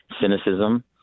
cynicism